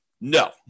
No